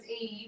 Eve